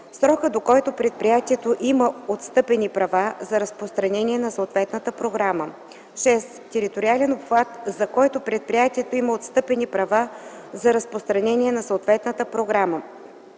срокът, до който предприятието има отстъпени права за разпространение на съответната програма; 6. териториален обхват, за който предприятието има отстъпени права за разпространение на съответната програма.